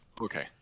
Okay